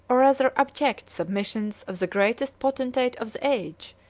or rather abject, submissions of the greatest potentate of the age,